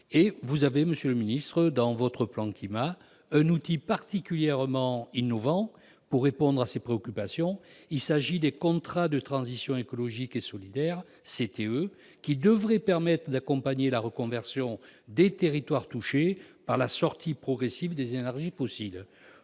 vous avez proposé, dans votre plan Climat, un outil particulièrement innovant pour répondre à ces préoccupations : les contrats de transition écologique et solidaire, les CTE, qui devraient permettre d'accompagner la reconversion des territoires touchés par la sortie progressive des énergies fossiles.